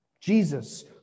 Jesus